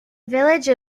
village